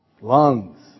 lungs